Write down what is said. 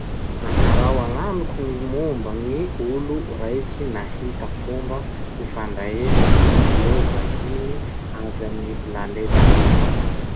Tantarao agnamiko gny momba gn'olo raiky nahita fomba fifandraisa amign'ireo vahiny avy amy gny planeta hafa.